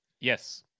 Yes